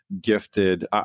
gifted